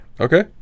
Okay